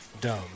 dumb